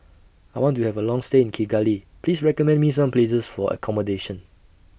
I want to Have A Long stay in Kigali Please recommend Me Some Places For accommodation